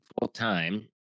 full-time